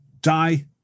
die